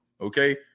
okay